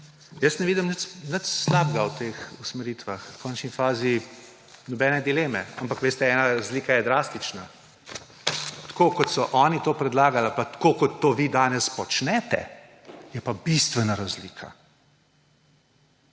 Jaz ne vidim nič slabega v teh usmeritvah. V končni fazi nobene dileme. Ampak veste, ena razlika je drastična. Tako kot so oni to predlagali ali pa tako, kot to vi danes počnete, je pa bistvena razlika.